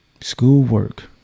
schoolwork